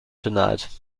tonight